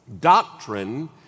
doctrine